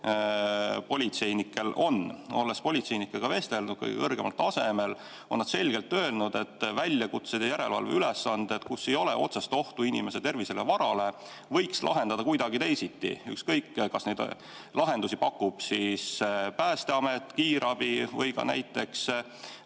politseinikel on. Olen politseinikega vestelnud kõige kõrgemal tasemel ja nad on selgelt öelnud, et väljakutsed ja järelevalve ülesanded, kus ei ole otsest ohtu inimese tervisele ja varale, võiks lahendada kuidagi teisiti. Ükskõik kas neid lahendusi pakub siis Päästeamet, kiirabi või ka näiteks